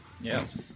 yes